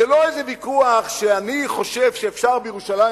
זה לא איזה ויכוח שאני חושב שאפשר בירושלים